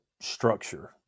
structure